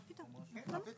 מה פתאום?